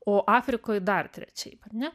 o afrikoj dar trečiaip ane